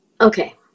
okay